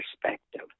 perspective